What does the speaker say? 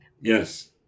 yes